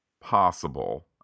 possible